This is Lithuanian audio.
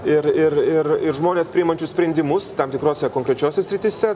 ir ir ir ir žmones priimančius sprendimus tam tikrose konkrečiose srityse